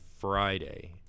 Friday